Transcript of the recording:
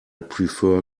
prefer